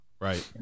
Right